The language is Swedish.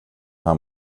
här